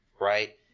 right